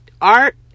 art